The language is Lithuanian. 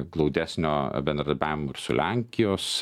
glaudesnio bendradarbiavimo ir su lenkijos